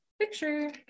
Picture